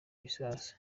igisasu